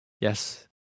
Yes